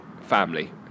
family